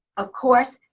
of course,